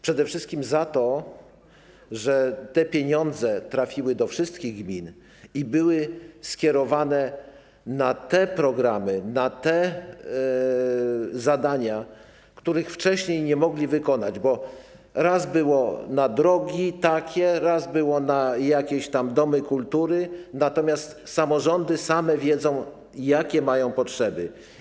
Przede wszystkim za to, że pieniądze trafiły do wszystkich gmin i były skierowane na te programy, na te zadania, których one wcześniej nie mogły wykonać, bo raz było na drogi takie, raz było na domy kultury, natomiast samorządy same wiedzą, jakie mają potrzeby.